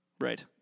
right